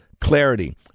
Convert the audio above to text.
clarity